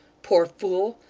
poor fool!